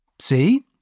See